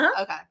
okay